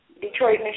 Detroit